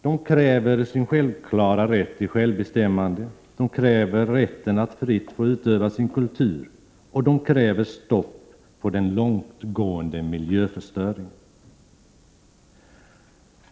De kräver sin självklara rätt till självbestämmande. De kräver rätten att fritt få utöva sin kultur. Och de kräver stopp på den långtgående miljöförstöringen.